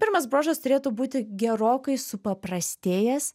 pirmas bruožas turėtų būti gerokai supaprastėjęs